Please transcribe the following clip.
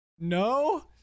No